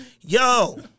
Yo